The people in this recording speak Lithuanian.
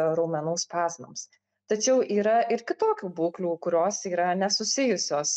raumenų spazmams tačiau yra ir kitokių būklių kurios yra nesusijusios